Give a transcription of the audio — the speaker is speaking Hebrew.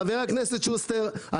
חבר הכנסת שוסטר,